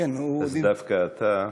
אז דווקא אתה?